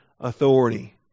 authority